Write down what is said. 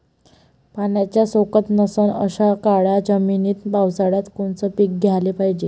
पाण्याचा सोकत नसन अशा काळ्या जमिनीत पावसाळ्यात कोनचं पीक घ्याले पायजे?